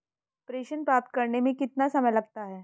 प्रेषण प्राप्त करने में कितना समय लगता है?